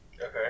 okay